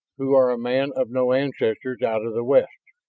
who are a man of no ancestors, out of the west?